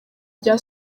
rya